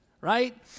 right